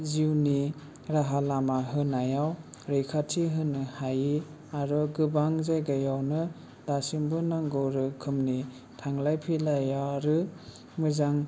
जिउनि राहा लामा होनायाव रैखाथि होनो हायै आरो गोबां जायगायावनो दासिमबो नांगौ रोखोमनि थांलाय फैलाय आरो मोजां